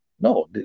No